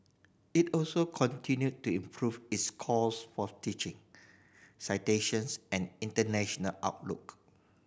it also continued to improve its scores for teaching citations and international outlook